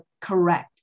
correct